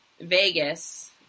Vegas